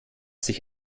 sich